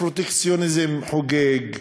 הפרוטקציוניזם חוגג.